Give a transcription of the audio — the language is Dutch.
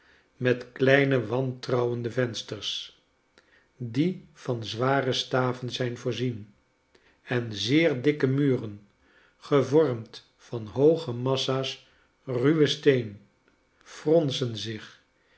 met kleine wantrouwende vensters die van zware staven zijn voorzien en zeer dikke muren gevormd van hooge massa's ruwen steen fronsen zich